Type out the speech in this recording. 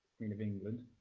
queen of england,